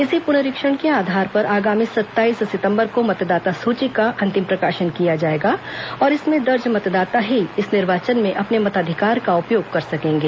इसी पुनरीक्षण के आधार पर आगामी सत्ताईस सितंबर को मतदाता सूची का अंतिम प्रकाशन किया जाएगा और इसमें दर्ज मतदाता ही इस निर्वाचन में अपने मताधिकार का उपयोग कर सकेंगे